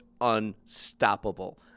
unstoppable